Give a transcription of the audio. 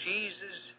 Jesus